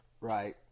Right